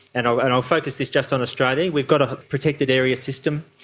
and i'll and i'll focus this just on australia, we've got a protected area system,